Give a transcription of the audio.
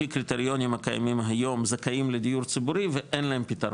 קריטריונים הקיימים היום זכאים לדיור ציבורי ואין להם פתרון,